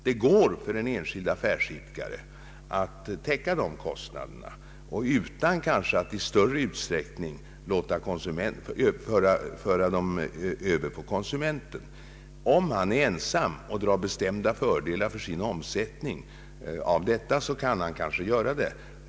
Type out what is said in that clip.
Det går kanske för en enskild affärsidkare att täcka kostnaderna utan att i större utsträckning föra dem över på konsumenten, om affärsidkaren är ensam och drar bestämda fördelar för sin omsättning av detta.